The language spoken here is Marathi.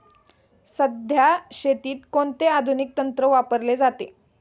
सध्या शेतीत कोणते आधुनिक तंत्र वापरले जाते?